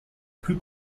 plus